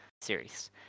series